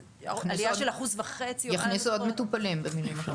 יכניסו עוד מטופלים, במילים אחרות.